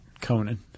Conan